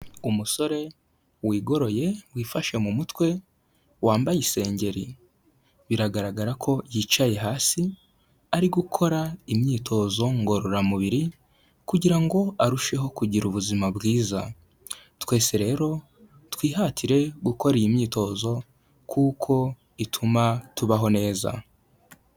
Umusore wigoroye wifashe mu mutwe wambaye isengeri, biragaragara ko yicaye hasi ari gukora imyitozo ngororamubiri, kugira ngo arusheho kugira ubuzima bwiza, twese rero twihatire gukora iyi myitozo kuko ituma tubaho neza.